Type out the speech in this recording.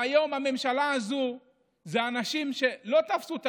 והיום הממשלה הזאת זה לא אנשים שתפסו את